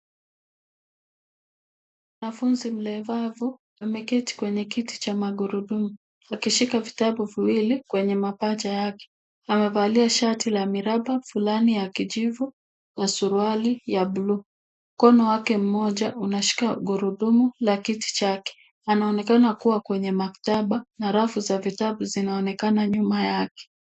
Mwanafunzi mlemavu ameketi kwenye kiti cha magurudumu akishika vitabu viwili kwenye mapaja yake. Amevalia shati la miraba fulana ya kijivu na suruali ya buluu. Mkono wake mmoja unashika gurudumu la kiti chake. Anaonekana kuwa kwenye maktaba na rafu ya vitabu zinaonekana nyuma yake.